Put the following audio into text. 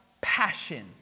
passion